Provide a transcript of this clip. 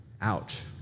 Ouch